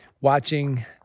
watching